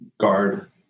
guard